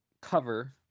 cover